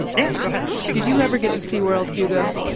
yeah, go ahead did you ever get to seaworld, hugo?